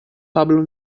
pablo